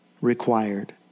required